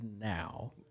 now